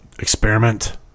experiment